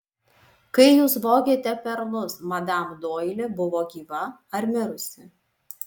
kai jūs vogėte perlus madam doili buvo gyva ar mirusi